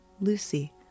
Lucy